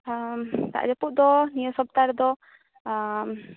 ᱫᱟᱜ ᱡᱟᱹᱯᱩᱫ ᱫᱚ ᱱᱤᱭᱟᱹ ᱥᱚᱯᱛᱟᱦᱚ ᱨᱮᱫᱚ